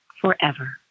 forever